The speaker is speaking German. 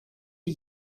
die